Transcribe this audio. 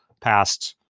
past